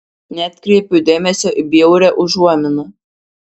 neatkreipiau dėmesio į bjaurią užuominą